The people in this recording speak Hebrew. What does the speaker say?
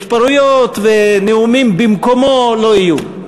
התפרעויות ונאומים במקומו לא יהיו.